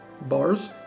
bars